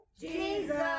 Jesus